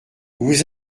vous